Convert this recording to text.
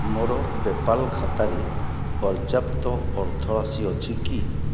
ମୋର ପେ'ପାଲ୍ ଖାତାରେ ପର୍ଯ୍ୟାପ୍ତ ଅର୍ଥରାଶି ଅଛି କି